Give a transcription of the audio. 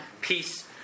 Peace